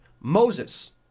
Moses